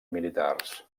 militars